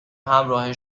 همراه